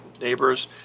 neighbors